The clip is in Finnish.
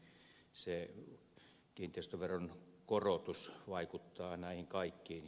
niinpä kiinteistöveron korotus vaikuttaa näihin kaikkiin